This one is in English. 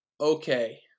okay